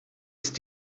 ist